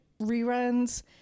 reruns